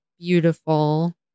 Beautiful